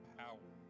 power